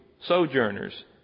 sojourners